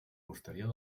posterior